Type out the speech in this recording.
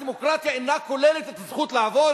הדמוקרטיה איננה כוללת את הזכות לעבוד,